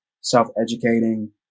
self-educating